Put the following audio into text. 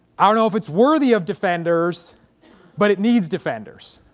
i don't know if it's worthy of defenders but it needs defenders